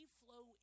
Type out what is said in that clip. flow